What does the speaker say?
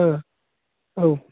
औ औ